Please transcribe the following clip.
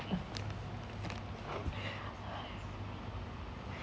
uh